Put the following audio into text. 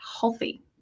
healthy